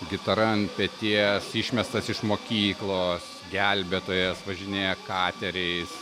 gitara ant peties išmestas iš mokyklos gelbėtojas važinėja kateriais